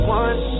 one